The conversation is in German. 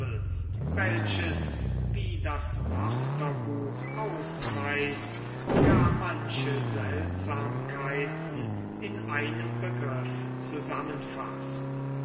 welches wie das wörterbuch ausweist gar manche seltsamkeiten in einem begriff zusammenfaßt